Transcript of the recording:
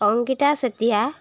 Ankita Chetia